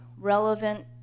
relevant